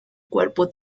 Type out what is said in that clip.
cuerpo